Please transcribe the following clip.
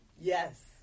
Yes